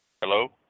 Hello